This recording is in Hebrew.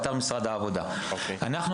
באתר